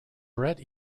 bret